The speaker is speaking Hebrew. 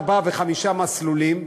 ארבעה וחמישה מסלולים,